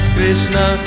Krishna